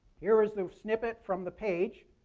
here's the snippet from the page,